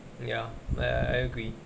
ya I I I agree